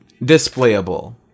displayable